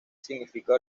significa